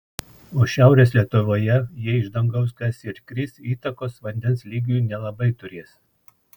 o šiaurės lietuvoje jei iš dangaus kas ir kris įtakos vandens lygiui nelabai turės